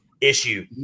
issue